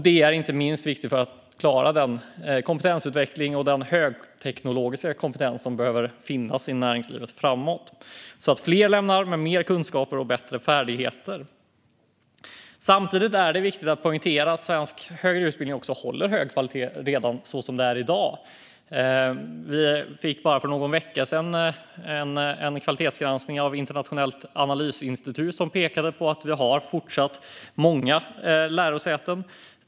Detta är viktigt, inte minst för att klara den kompetensutveckling och högteknologiska kompetens som behöver finnas i näringslivet framöver så att fler lämnar utbildningen med mer kunskaper och bättre färdigheter. Samtidigt är det viktigt att poängtera att svensk högre utbildning redan håller hög kvalitet i dag. Vi fick för bara någon vecka sedan en kvalitetsgranskning av ett internationellt analysinstitut som pekade på att vi fortfarande har många lärosäten.